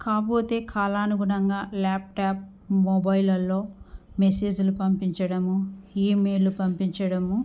కాకపోతే కాలానుగుణంగా ల్యాప్టాప్ మొబైల్లో మెసేజ్లు పంపించడము ఈమెయిల్ పంపించడము